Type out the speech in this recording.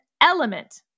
element